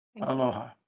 Aloha